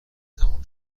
تمام